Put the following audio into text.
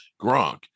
Gronk